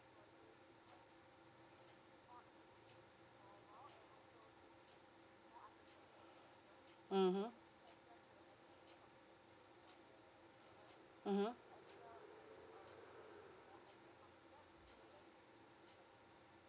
mmhmm mmhmm